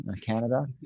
Canada